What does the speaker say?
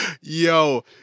Yo